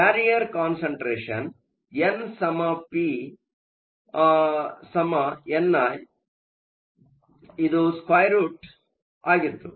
ಆದ್ದರಿಂದಕ್ಯಾರಿಯರ್ concentration n p ni ಇದು √❑ಆಗಿತ್ತು